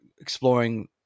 exploring